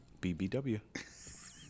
BBW